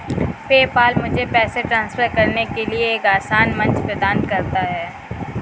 PayPal मुझे पैसे transfer करने के लिए एक आसान मंच प्रदान करता है